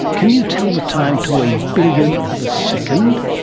can you tell the time to a billionth of a second?